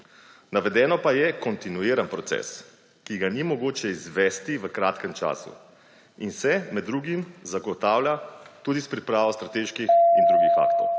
Navedeno pa je kontinuiran proces, ki ga ni mogoče izvesti v kratkem času in se med drugim zagotavlja tudi s pripravo strateških in drugih aktov.